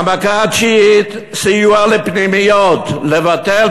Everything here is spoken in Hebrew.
המכה התשיעית, סיוע לפנימיות, לבטל.